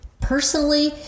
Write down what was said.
personally